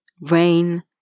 rain